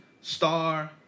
Star